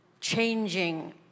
changing